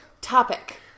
Topic